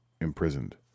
imprisoned